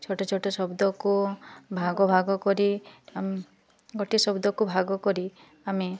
ଛୋଟ ଛୋଟ ଶବ୍ଦକୁ ଭାଗ ଭାଗ କରି ଆମେ ଗୋଟିଏ ଶବ୍ଦକୁ ଭାଗ କରି ଆମେ